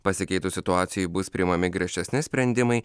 pasikeitus situacijai bus priimami griežtesni sprendimai